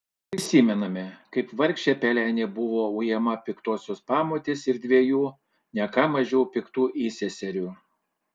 prisimename kaip vargšė pelenė buvo ujama piktosios pamotės ir dviejų ne ką mažiau piktų įseserių